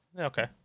Okay